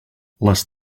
les